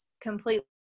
completely